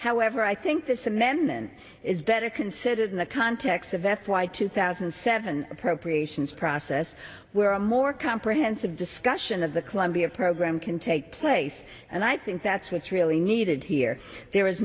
however i think this amendment is better considered in the context of f y two thousand and seven appropriations process where a more comprehensive discussion of the colombia program can take place and i think that's what's really needed here there